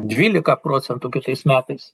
dvylika procentų kitais metais